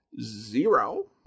zero